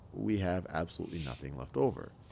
we have absolutely nothing left over.